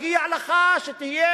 מגיע לך שתהיה,